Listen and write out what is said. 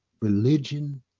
religion